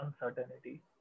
uncertainty